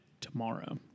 tomorrow